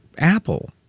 Apple